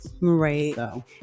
right